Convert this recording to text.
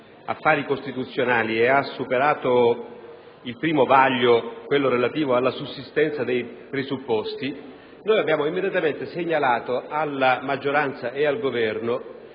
affari costituzionali ed ha superato il primo vaglio, quello relativo alla sussistenza dei presupposti, abbiamo immediatamente segnalato alla maggioranza e al Governo